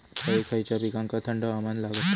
खय खयच्या पिकांका थंड हवामान लागतं?